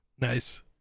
nice